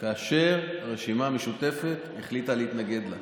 כאשר הרשימה המשותפת החליטה להתנגד לה.